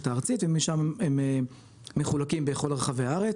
הארצית ומשם הם מחולקים בכל רחבי הארץ.